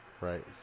right